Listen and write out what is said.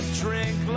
drink